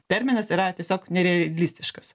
terminas yra tiesiog nerealistiškas